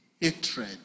hatred